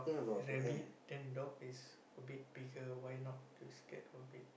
rabbit then dog is a bit bigger why not you scared of it